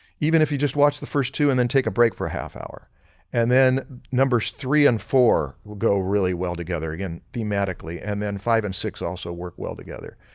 even if you just watch the first two and then take a break for a half-hour and then numbers three and four will go really well together, again thematically and then five and six also work well together.